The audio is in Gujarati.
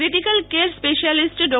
critical care specialist Dr